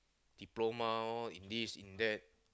diploma in this in that